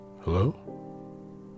hello